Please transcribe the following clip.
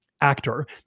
actor